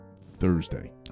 Thursday